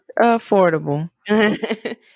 affordable